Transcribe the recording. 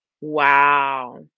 Wow